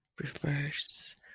Reverse